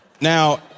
Now